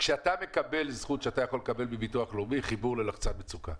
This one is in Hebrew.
כשאתה מקבל זכות מביטוח לאומי, חיבור ללחצן מצוקה,